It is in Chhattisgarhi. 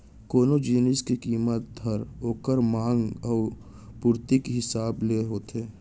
कोनो जिनिस के कीमत हर ओकर मांग अउ पुरती के हिसाब ले होथे